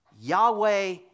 Yahweh